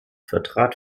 vertrat